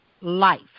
life